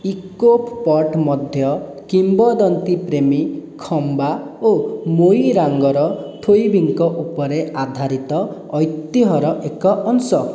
ଇକୋପ ପଟ୍ ମଧ୍ୟ କିମ୍ବଦନ୍ତୀ ପ୍ରେମୀ ଖମ୍ବା ଓ ମୋଇରାଙ୍ଗର ଥୋଇବିଙ୍କ ଉପରେ ଆଧାରିତ ଐତିହ୍ୟର ଏକ ଅଂଶ